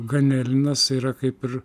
ganelinas yra kaip ir